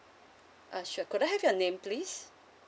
uh sure could I have your name please